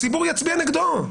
הציבור יצביע נגדו.